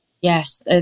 Yes